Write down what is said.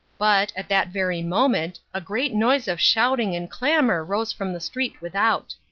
but, at that very moment, a great noise of shouting and clamour rose from the street without.